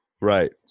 Right